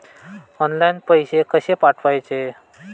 Online पैसे कशे पाठवचे?